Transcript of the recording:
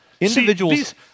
Individuals